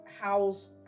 house